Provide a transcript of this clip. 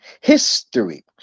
history